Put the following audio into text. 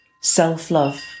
self-love